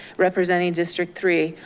representing district three.